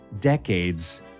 decades